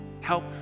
Help